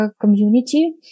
community